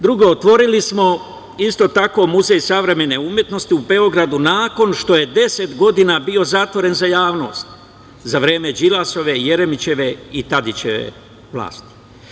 Drugo, otvorili smo isto tako Muzej savremene umetnosti u Beogradu nakon što je 10 godina bio zatvoren za javnost za vreme Đilasove, Jeremićeve i Tadićeve vlasti.